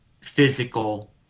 physical